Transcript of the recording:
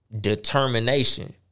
determination